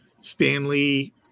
Stanley